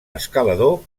escalador